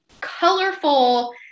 colorful